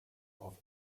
auf